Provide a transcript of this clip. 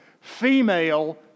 female